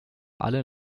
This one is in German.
alle